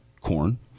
corn